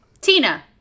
Tina